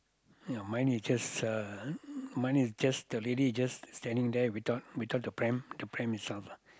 ya mine is just uh mine is just the lady just standing there without without the pram the pram itself